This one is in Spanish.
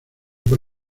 por